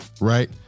Right